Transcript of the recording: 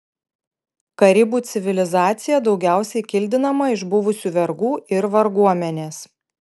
karibų civilizacija daugiausiai kildinama iš buvusių vergų ir varguomenės